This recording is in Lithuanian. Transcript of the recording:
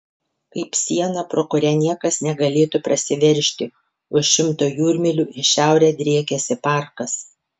kaip siena pro kurią niekas negalėtų prasiveržti už šimto jūrmylių į šiaurę driekiasi parkas